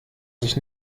sich